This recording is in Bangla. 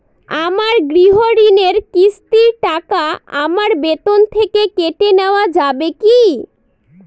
আমার গৃহঋণের কিস্তির টাকা আমার বেতন থেকে কেটে নেওয়া যাবে কি?